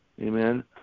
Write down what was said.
Amen